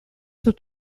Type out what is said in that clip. dut